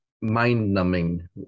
mind-numbing